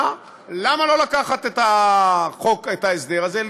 למה לא לקחת את ההסדר הזה,